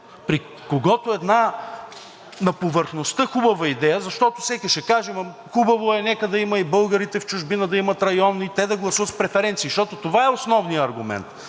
при който една на повърхността хубава идея, защото всеки ще каже: хубаво е, нека да има, и българите в чужбина да имат район, и те да гласуват с преференции, защото това е основният аргумент